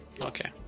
Okay